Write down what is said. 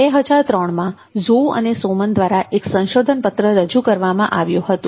2003 મા Zhou અને Soman દ્વારા એક સંશોધન પત્ર રજૂ કરવામાં આવ્યું હતું